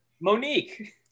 Monique